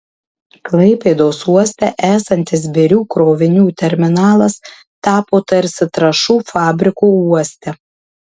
klaipėdos uoste esantis birių krovinių terminalas tapo tarsi trąšų fabriku uoste